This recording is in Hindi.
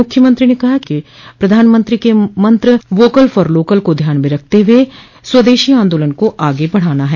मुख्यमंत्री ने कहा कि प्रधानमंत्री के मंत्र वोकल फार लोकल को ध्यान में रखते हुए स्वदेशी आन्दोलन को आगे बढ़ाना है